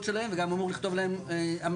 שלהן וגם הוא אמור לכתוב להם המלצות,